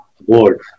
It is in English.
board